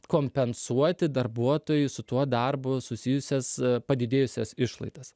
kompensuoti darbuotojų su tuo darbu susijusias padidėjusias išlaidas